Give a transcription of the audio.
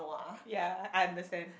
ya I understand